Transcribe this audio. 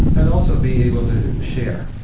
and also, be able to share.